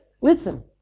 listen